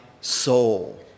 soul